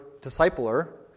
discipler